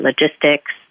logistics